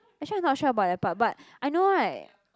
actually I not sure about that part but I know right